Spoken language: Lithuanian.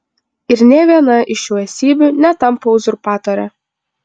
ir nė viena iš šių esybių netampa uzurpatore